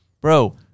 bro